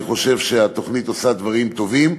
אני חושב שהתוכנית עושה דברים טובים.